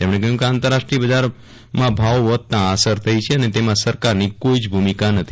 તેમણએ કહ્યું કે આંતરરાષ્ટ્રીય બજારમાં ભાવો વધતાં આ અસર થઇ છે અને તેમાં સરકારની કોઇ જ ભૂમિકા નથી